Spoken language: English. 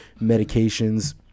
medications